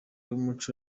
w’umuco